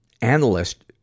analyst